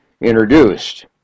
introduced